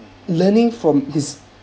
learning from his